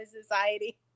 society